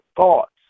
thoughts